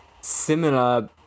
similar